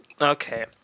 Okay